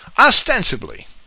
Ostensibly